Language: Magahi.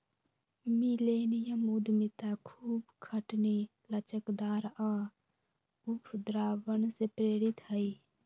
मिलेनियम उद्यमिता खूब खटनी, लचकदार आऽ उद्भावन से प्रेरित हइ